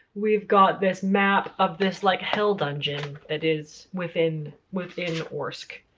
we've got this map of this like hell dungeon that is within within orsk.